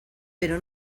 pero